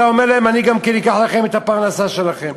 אתה אומר להם: אני גם אקח לכם את הפרנסה שלכם.